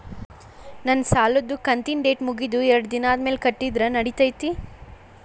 ನನ್ನ ಸಾಲದು ಕಂತಿನ ಡೇಟ್ ಮುಗಿದ ಎರಡು ದಿನ ಆದ್ಮೇಲೆ ಕಟ್ಟಿದರ ನಡಿತೈತಿ?